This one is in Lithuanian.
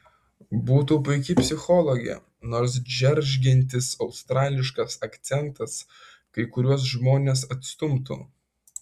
būtų puiki psichologė nors džeržgiantis australiškas akcentas kai kuriuos žmones atstumtų